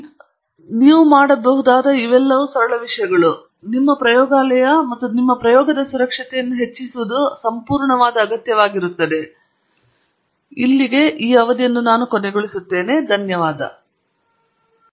ಆದ್ದರಿಂದ ನೀವು ಮಾಡಬಹುದಾದ ಒಂದು ಸರಳ ವಿಷಯವೆಂದರೆ ನಿಮ್ಮ ಪ್ರಯೋಗಾಲಯ ಮತ್ತು ನಿಮ್ಮ ಪ್ರಯೋಗದ ಸುರಕ್ಷತೆಯನ್ನು ಹೆಚ್ಚಿಸುದು ಸಂಪೂರ್ಣವಾದ ಅಗತ್ಯವಾಗಿರುತ್ತದೆ ನಿಮ್ಮ ಪ್ರಯೋಗಾಲಯದಲ್ಲಿ ಸುರಕ್ಷಿತವಾಗಿಲ್ಲದ ಗ್ಯಾಸ್ ಬಾಟಲಿಯನ್ನು ನೀವು ಹೊಂದಿರಬಾರದು